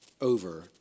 over